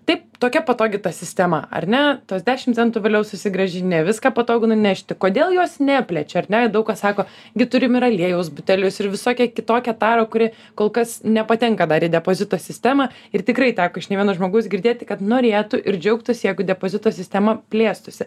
taip tokia patogi ta sistema ar ne tuos dešim centų vėliau susigrąžini viską patogu nunešti kodėl jos neplečia ar ne daug kas sako gi turim ir aliejaus butelius ir visokią kitokią tarą kuri kol kas nepatenka dar į depozito sistemą ir tikrai teko iš ne vieno žmogaus girdėti kad norėtų ir džiaugtųsi jeigu depozito sistema plėstųsi